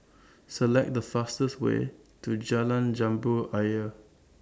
Select The fastest Way to Jalan Jambu Ayer